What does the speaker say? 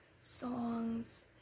songs